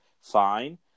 Fine